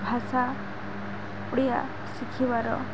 ଭାଷା ଓଡ଼ିଆ ଶିଖିବାର